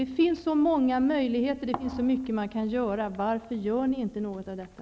Det finns så många möjligheter och så mycket man kan göra. Varför gör ni inte något av detta?